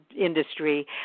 industry